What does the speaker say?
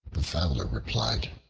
the fowler replied,